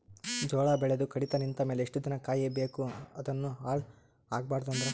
ಜೋಳ ಬೆಳೆದು ಕಡಿತ ನಿಂತ ಮೇಲೆ ಎಷ್ಟು ದಿನ ಕಾಯಿ ಬೇಕು ಅದನ್ನು ಹಾಳು ಆಗಬಾರದು ಅಂದ್ರ?